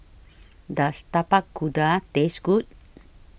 Does Tapak Kuda Taste Good